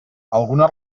alguna